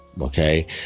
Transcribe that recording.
Okay